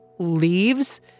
leaves